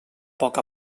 poc